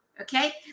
okay